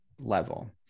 level